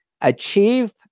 achieve